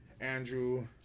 Andrew